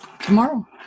tomorrow